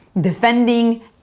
defending